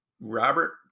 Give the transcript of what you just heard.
Robert